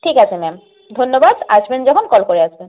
ঠিক আছে ম্যাম ধন্যবাদ আসবেন যখন কল করে আসবেন